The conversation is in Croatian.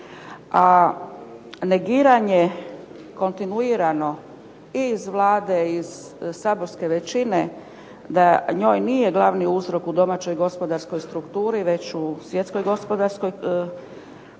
a negiranje kontinuirano i iz Vlade i iz saborske većine da njoj nije glavni uzrok u domaćoj gospodarskoj strukturi, već u svjetskoj gospodarskoj krizi,